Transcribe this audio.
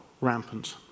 rampant